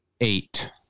Eight